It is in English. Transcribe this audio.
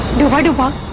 you are dooba